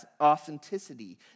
authenticity